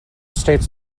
states